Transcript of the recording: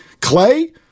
Clay